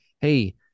Hey